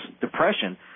depression